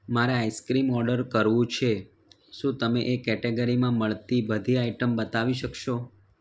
મારે ice cream order કરવું છે શું તમે એ કેટેગરીમાં મળતી બધી આઇટમ બતાવી શકશો